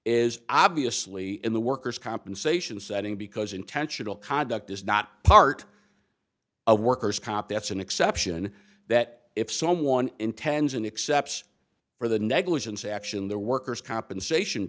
is obviously in the workers compensation setting because intentional conduct is not part of worker's comp that's an exception that if someone intends an except for the negligence action the workers compensation